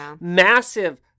massive